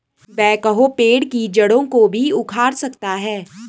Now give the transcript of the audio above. backhoe पेड़ की जड़ों को भी उखाड़ सकता है